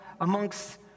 amongst